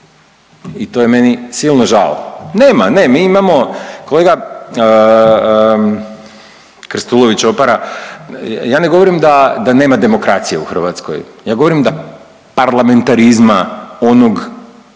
i to je meni silno žao. Nema ne. Mi imamo kolega Krstulović-Opara ja ne govorim da nema demokracije u Hrvatskoj. Ja govorim da parlamentarizma onog